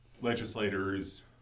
legislators